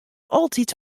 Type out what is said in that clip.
altyd